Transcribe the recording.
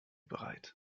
bereit